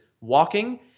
walking